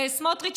סמוטריץ,